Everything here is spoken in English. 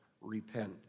repent